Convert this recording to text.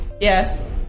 Yes